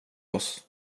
oss